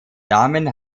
damen